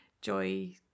Joy